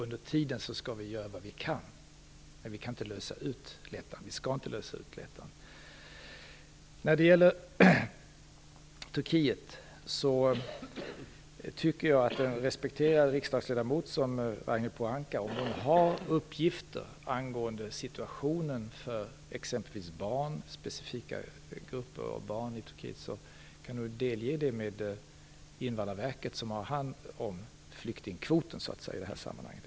Under tiden skall vi göra vad vi kan, men vi kan inte lösa ut Lettland och skall inte göra det. Pohanka har uppgifter om situationen för exempelvis specifika grupper av barn i Turkiet, kan hon väl delge Invandrarverket dem. Det är ju Invandrarverket som har hand om flyktingkvoten, som det handlar om i detta sammanhang.